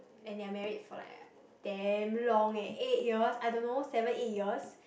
and they're married for like damn long eh eight years I don't know seven eight years